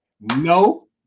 no